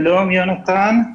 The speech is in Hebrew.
שלום לכולם.